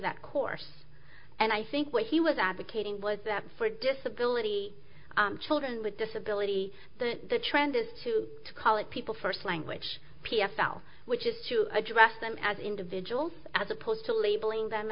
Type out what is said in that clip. that course and i think what he was advocating was that for disability children with disability the trend is to call it people first language p s l which is to address them as individuals as opposed to labeling them